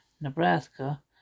Nebraska